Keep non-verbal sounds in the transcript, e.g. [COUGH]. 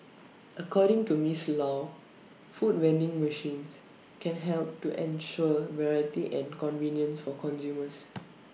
[NOISE] according to miss low food vending machines can help to ensure variety and convenience for consumers